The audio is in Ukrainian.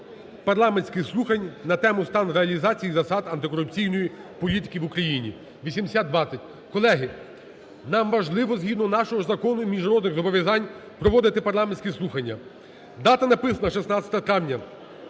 парламентських слухань на тему: "Стан реалізації засад антикорупційної політики в Україні" (8020). Колеги, нам важливо, згідно нашого ж закону і міжнародних зобов'язань проводити парламентські слухання. Дата написана: 16 травня.